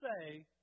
say